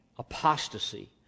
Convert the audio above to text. apostasy